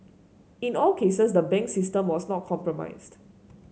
in all cases the banks system was not compromised